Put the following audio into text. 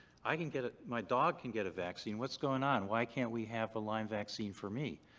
i can get a. my dog can get a vaccine. what's going on? why can't we have a lyme vaccine for me?